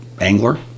angler